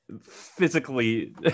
physically